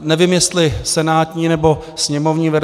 Nevím, jestli senátní, nebo sněmovní verze.